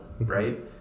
right